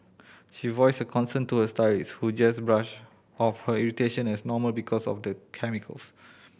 she voiced her concern to her stylist who just brushed off her irritation as normal because of the chemicals